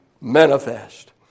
manifest